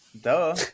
Duh